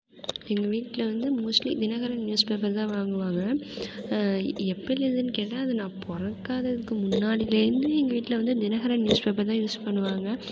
எங்கள் வீட்டில் வந்து மோஸ்ட்லி தினகரன் நியூஸ் பேப்பர் தான் வாங்குவாங்க எப்பேலேருந்துன்னு கேட்டால் அது நான் பிறக்காததுக்கு முன்னாடிலேருந்து எங்கள் வீட்டில் வந்து தினகரன் நியூஸ் பேப்பர் தான் யூஸ் பண்ணுவாங்க